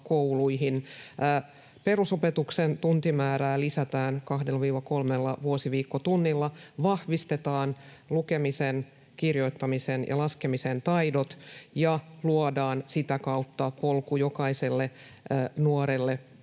perusopetuksen tuntimäärää lisätään 2—3 vuosiviikkotunnilla, vahvistetaan lukemisen, kirjoittamisen ja laskemisen taitoja ja luodaan sitä kautta polku jokaiselle nuorelle päästä